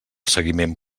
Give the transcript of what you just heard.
seguiment